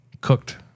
cooked